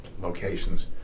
locations